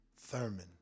Thurman